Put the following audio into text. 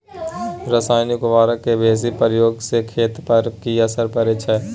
रसायनिक उर्वरक के बेसी प्रयोग से खेत पर की असर परै छै?